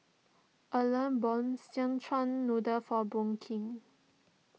Erle bought Szechuan Noodle for Brooke